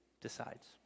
decides